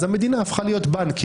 אז המדינה הפכה להיות בנקים.